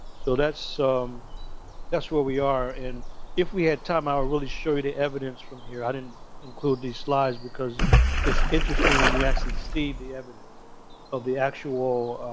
so that's so that's where we are. and if we had time, i would really show you the evidence from here. i didn't include these slides because it's interesting when you actually see the evidence of the actual